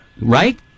right